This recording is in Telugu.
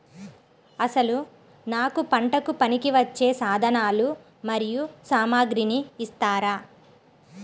అసలు నాకు పంటకు పనికివచ్చే సాధనాలు మరియు సామగ్రిని ఇస్తారా?